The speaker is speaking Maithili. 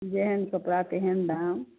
जेहन कपड़ा तेहन दाम